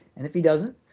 and if he doesn't,